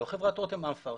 לא חברת רותם אמפרט,